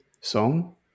Song